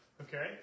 Okay